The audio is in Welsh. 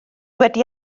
wedi